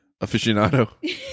aficionado